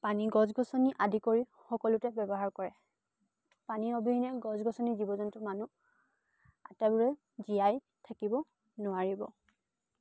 পানী গছ গছনি আদি কৰি সকলোতে ব্যৱহাৰ কৰে পানী অবিহনে গছ গছনি জীৱ জন্তু মানুহ আটাইবোৰে জীয়াই থাকিব নোৱাৰিব